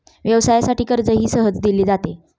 व्यवसायासाठी कर्जही सहज दिले जाते